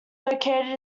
located